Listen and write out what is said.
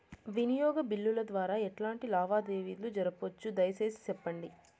వినియోగ బిల్లుల ద్వారా ఎట్లాంటి లావాదేవీలు జరపొచ్చు, దయసేసి సెప్పండి?